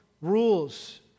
rules